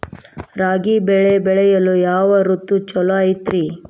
ರಾಗಿ ಬೆಳೆ ಬೆಳೆಯಲು ಯಾವ ಋತು ಛಲೋ ಐತ್ರಿ?